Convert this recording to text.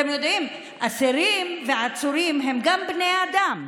אתם יודעים, אסירים ועצורים הם גם בני אדם,